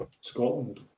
Scotland